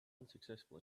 unsuccessful